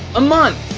a month,